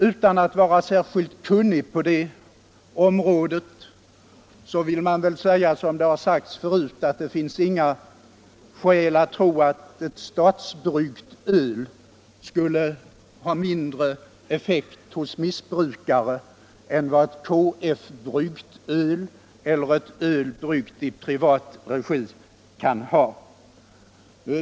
Utan att vara särskilt kunnig på området vill man väl säga, som det har sagts förut, att det finns inga skäl att tro att ett statsbryggt öl skulle ha mindre effekt hos missbrukare än vad ett KF-bryggt öl eller ett öl bryggt i privat regi kan ha.